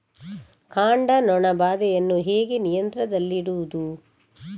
ಕಾಂಡ ನೊಣ ಬಾಧೆಯನ್ನು ಹೇಗೆ ನಿಯಂತ್ರಣದಲ್ಲಿಡುವುದು?